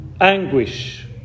anguish